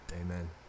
Amen